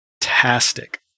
fantastic